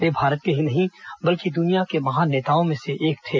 वे भारत के ही नहीं बल्कि द्निया के महान नेताओं में एक थे